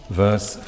verse